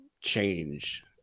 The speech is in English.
change